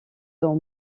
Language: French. dans